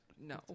No